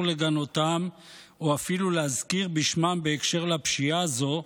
לגנותם או אפילו להזכיר בשמם בהקשר לפשיעה הזו,